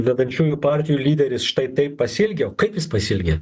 vedančiųjų partijų lyderis štai taip pasielgė kaip jis pasielgė